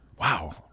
wow